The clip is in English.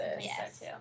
Yes